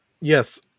Yes